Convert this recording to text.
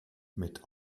mit